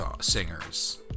singers